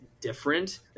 different